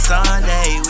Sunday